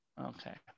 okay